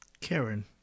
Karen